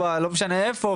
או לא משנה איפה,